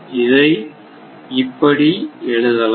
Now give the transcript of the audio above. இதை என எழுதலாம்